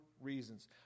reasons